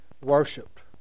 Worshipped